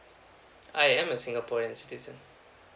I am a singaporean citizen